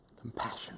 Compassion